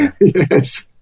Yes